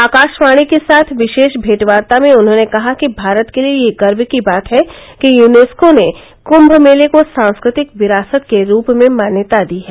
आकाशवाणी के साथ विशेष भेंटवार्ता में उन्होंने कहा कि भारत के लिए यह गर्व की बात है कि यूनेस्को ने कुम्म मेले को सांस्कृतिक विरासत के रूप में मान्यता दी है